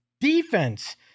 defense